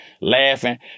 laughing